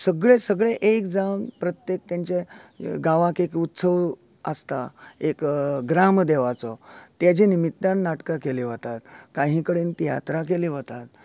सगळे सगळे एक जावन प्रत्येक तेंचे गांवांक एक उत्सव आसता एक ग्रामदेवाचो तेज्या निमित्यान नाटकां केली वतात काही कडेन तियात्रां केली वतात